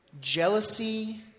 jealousy